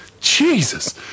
Jesus